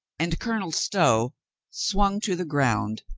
and colonel stow swung to the ground,